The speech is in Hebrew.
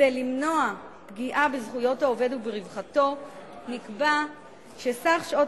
כדי למנוע פגיעה בזכויות העובד וברווחתו נקבע שסך שעות